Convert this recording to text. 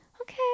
okay